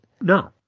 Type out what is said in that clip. No